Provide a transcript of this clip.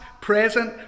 present